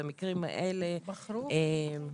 מה